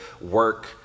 work